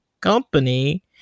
company